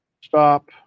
stop